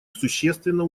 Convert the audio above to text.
существенно